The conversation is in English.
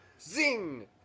zing